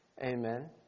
Amen